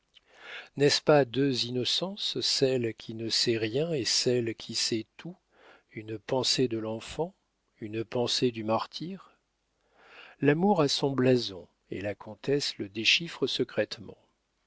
n'est-ce pas deux innocences celle qui ne sait rien et celle qui sait tout une pensée de l'enfant une pensée du martyr l'amour a son blason et la comtesse le déchiffra secrètement